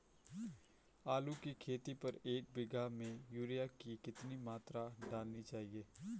आलू की खेती पर एक बीघा में यूरिया की कितनी मात्रा डालनी चाहिए?